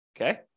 Okay